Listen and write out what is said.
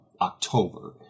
October